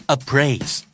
Appraise